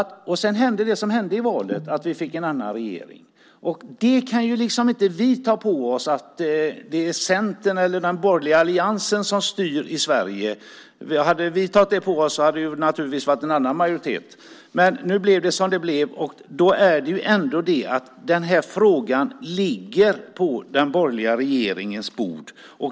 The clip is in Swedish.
Sedan hände det som hände i valet och vi fick en annan regering. Vi kan ju inte ta på oss att det är Centern och den borgerliga alliansen som styr Sverige. Hade vi tagit på oss det hade vi naturligtvis haft en annan majoritet. Nu blev det som det blev, och då ligger frågan på den borgerliga regeringens bord.